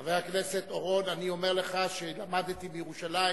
חבר הכנסת אורון, אני אומר לך שלמדתי בירושלים